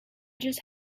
just